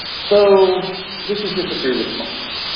so this is just the free response.